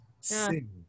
Sing